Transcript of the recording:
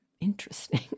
interesting